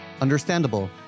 understandable